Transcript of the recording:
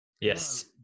Yes